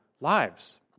lives